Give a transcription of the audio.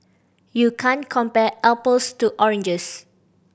you can't compare apples to oranges